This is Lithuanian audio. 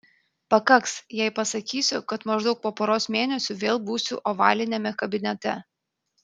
pakaks jei pasakysiu kad maždaug po poros mėnesių vėl būsiu ovaliniame kabinete